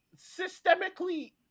systemically